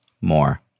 more